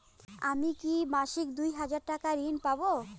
আমি কি মাসিক দুই হাজার টাকার ঋণ পাব?